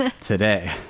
today